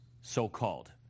so-called